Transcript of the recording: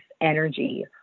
energy